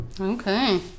Okay